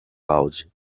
balde